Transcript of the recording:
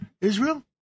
Israel